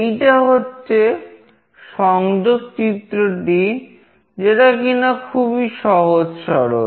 এইটা হচ্ছে সংযোগ চিত্রটি যেটা কিনা খুবই সহজ সরল